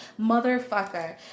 Motherfucker